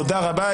תודה רבה.